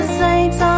saints